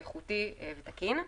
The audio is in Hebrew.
ואיכותי ותקין.